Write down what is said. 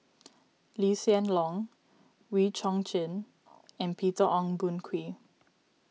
Lee Hsien Loong Wee Chong Jin and Peter Ong Boon Kwee